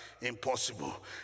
impossible